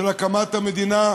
של הקמת המדינה.